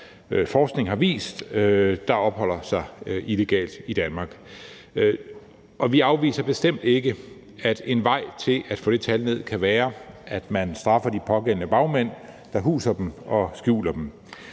forskningen har vist opholder sig illegalt i Danmark. Og vi afviser bestemt ikke, at en vej til at få det tal ned kan være, at man straffer de pågældende bagmænd, der huser dem og skjuler dem.